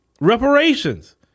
reparations